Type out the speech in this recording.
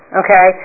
okay